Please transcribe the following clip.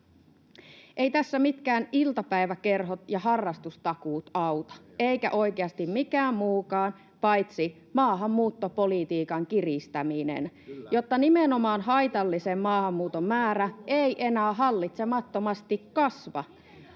Eivät tässä mitkään iltapäiväkerhot ja harrastustakuut auta eikä oikeasti mikään muukaan paitsi maahanmuuttopolitiikan kiristäminen, jotta nimenomaan haitallisen maahanmuuton määrä ei enää hallitsemattomasti kasva.